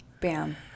bam